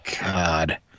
God